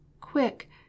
Quick